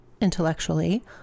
intellectually